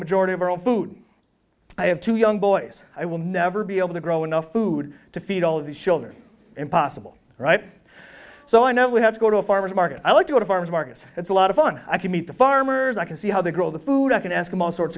majority of our own food i have two young boys i will never be able to grow enough food to feed all of these children are impossible right so i know we have to go to a farmer's market i like to go to farmer's market it's a lot of fun i can meet the farmers i can see how they grow the food i can ask them all sorts